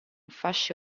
fasce